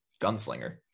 gunslinger